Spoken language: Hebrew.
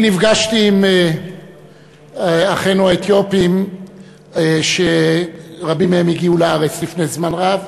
אני נפגשתי עם אחינו האתיופים שרבים מהם הגיעו לארץ לפני זמן רב,